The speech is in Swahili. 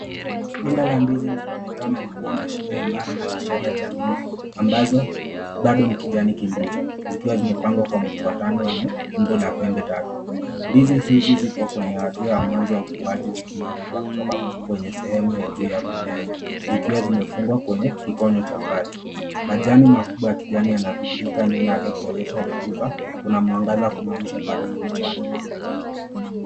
Bunda la ndizi linaonekana likiwa na shina imara na kishada cha ndizi ambazo bado ni kijani kibichi. Zikiwa zimepangwa kwa mfuatano wenye umbo la pembe tatu. Ndizi hizi zipo kwenye hatua ya mwanzo ukuaji zikitoka kwenye sehemu ya juu ya mmwa zikiwa zimefungwa kwenye kikonyo cha kati. Majani makubwa ya kijani yanabadilika nyuma yake kuonyesha rotuba. Kuna mwangaza kumaanisha bado ni mchana.